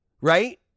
right